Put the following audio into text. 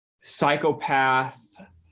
psychopath